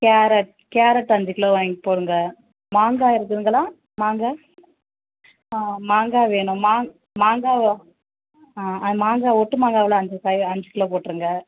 carrot carrot அஞ்சு kilo வாங்கி போடுங்க மாங்காய் இருக்குதுங்களா மாங்காய் ஆ மாங்காய் வேணும் மா மாங்காய் ஆ மாங்காய் ஒட்டு மாங்காய் எவ்வளோ அஞ்சு ஃபைவ் அஞ்சு கிலோ போட்டிருங்க